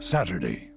Saturday